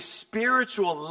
spiritual